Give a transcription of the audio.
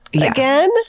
Again